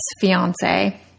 fiance